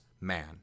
man